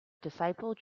disciples